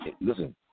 Listen